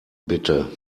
bitte